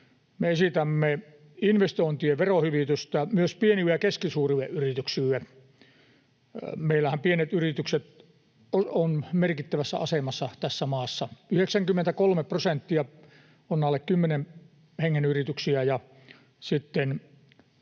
Me esitämme investointien verohyvitystä myös pienille ja keskisuurille yrityksille. Meillähän pienet yritykset ovat merkittävässä asemassa tässä maassa: 93 prosenttia on alle 10 hengen yrityksiä,